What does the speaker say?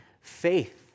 faith